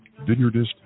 vineyardist